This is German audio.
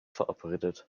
verabredet